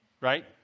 Right